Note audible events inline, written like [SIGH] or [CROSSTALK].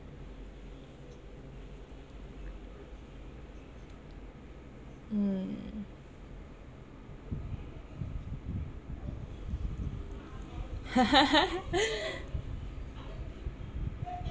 mm [LAUGHS]